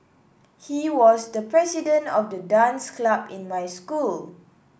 he was the president of the dance club in my school